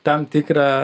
tam tikrą